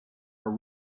are